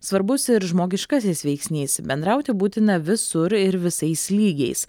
svarbus ir žmogiškasis veiksnys bendrauti būtina visur ir visais lygiais